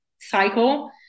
cycle